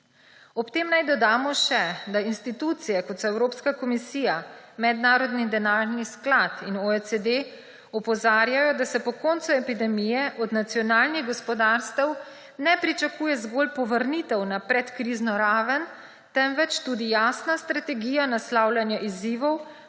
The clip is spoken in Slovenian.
Ob tem naj dodamo še, da institucije, kot so Evropska komisija, Mednarodni denarni sklad in OECD, opozarjajo, da se po koncu epidemije od nacionalnih gospodarstev ne pričakuje zgolj povrnitev na predkrizno raven, temveč tudi jasna strategija naslavljanja izzivov,